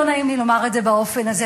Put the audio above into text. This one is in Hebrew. לא נעים לי לומר את זה באופן הזה,